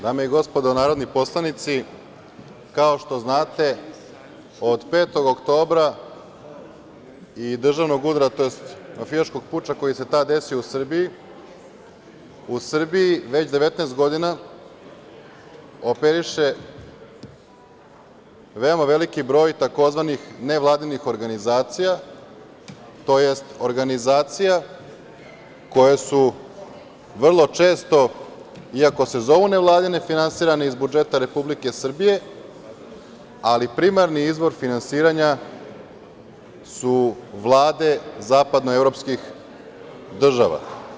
Dame i gospodo narodni poslanici, kao što znate, od 5. oktobra i državnog udara, tj. mafijaškog puča koji se tada desio u Srbiji, u Srbiji već 19 godina operiše veoma veliki broj tzv. nevladinih organizacija, tj. organizacija koje su vrlo često, iako se zovu nevladine, finansirane iz budžeta Republike Srbije, ali primarni izvor finansiranja su vlade zapadnoevropskih država.